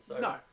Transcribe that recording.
No